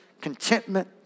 contentment